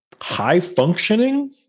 high-functioning